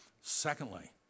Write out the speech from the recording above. Secondly